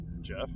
Jeff